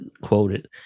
quoted